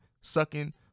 sucking